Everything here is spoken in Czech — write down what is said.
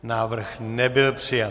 Návrh nebyl přijat.